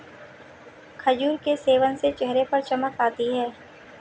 खजूर के सेवन से चेहरे पर चमक आती है